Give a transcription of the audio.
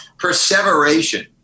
perseveration